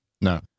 No